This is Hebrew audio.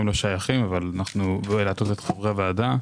לא שייכים ולהטעות את חברי הוועדה.